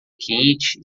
quente